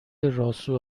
راسو